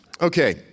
Okay